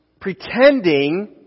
pretending